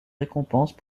récompenses